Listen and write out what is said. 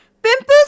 Pimples